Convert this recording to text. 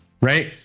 right